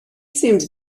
seems